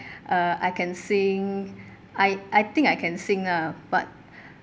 uh I can sing I I think I can sing ah but